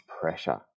pressure